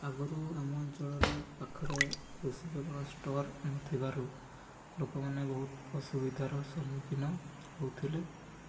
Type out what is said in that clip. ଆଗରୁ ଆମ ଅଞ୍ଚଳରେ ପାଖରେ କୃଷିଜଳ ଷ୍ଟୋର୍ ନଥିବାରୁ ଲୋକମାନେ ବହୁତ ଅସୁବିଧାର ସମ୍ମୁଖୀନ ହେଉଥିଲେ